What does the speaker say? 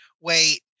wait